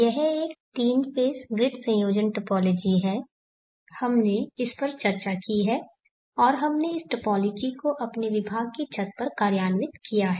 यह एक 3 phase grid संयोजन टोपोलॉजी है हमने इस पर चर्चा की है और हमने इस टोपोलॉजी को अपने विभाग की छत पर कार्यान्वित किया है